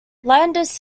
landis